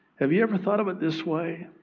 have you ever thought of it this way?